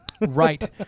Right